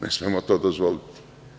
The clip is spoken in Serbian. Ne smemo to dozvoliti.